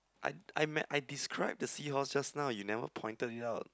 I I ma~ I described the seahorse just now you never pointed it out